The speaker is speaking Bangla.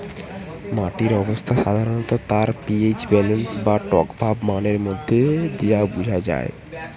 মাটির অবস্থা সাধারণত তার পি.এইচ ব্যালেন্স বা টকভাব মানের মধ্যে দিয়ে বুঝা যায়